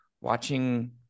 watching